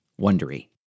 Wondery